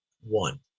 one